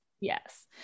yes